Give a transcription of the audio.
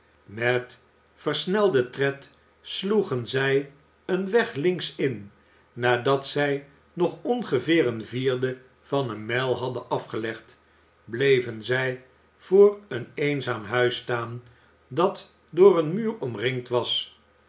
met versnelden tred sloegen zij een weg links in nadat zij nog ongeveer een vierde van een mijl hadden afgelegd bleven zij voor een eenzaam huis staan dat door een muur omringd was